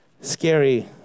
scary